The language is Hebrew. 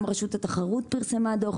גם רשות התחרות פרסמה דוח.